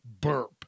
burp